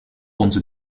onze